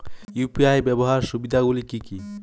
UPI ব্যাবহার সুবিধাগুলি কি কি?